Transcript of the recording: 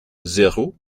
zéro